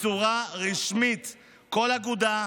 בצורה רשמית כל אגודה,